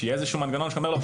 שיהיה איזשהו מנגנון שאומר לו,